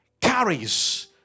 Carries